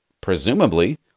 Presumably